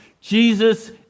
Jesus